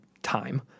time